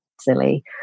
silly